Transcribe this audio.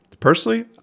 Personally